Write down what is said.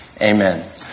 Amen